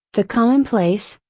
the commonplace,